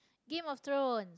Game of Thrones